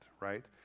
right